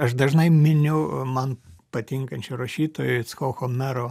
aš dažnai miniu man patinkančio rašytojo ickocho mero